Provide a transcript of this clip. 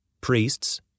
priests